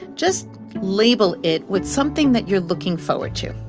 just label it with something that you're looking forward to.